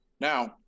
Now